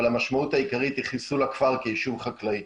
אבל המשמעות העיקרית היא חיסול הכפר כיישוב חקלאי.